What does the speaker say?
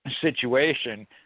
situation